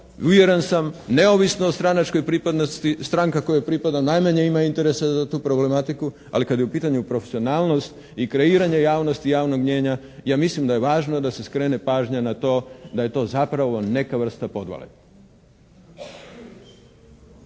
uvjeren sam neovisno od stranačke pripadnosti, stranka kojoj pripadam najmanje ima interesa za tu problematiku, ali kada je u pitanju profesionalnost i kreiranje javnosti i javnog mijenja, ja mislim da je važno da se skrene pažnja na to da je to zapravo neka vrsta podvale.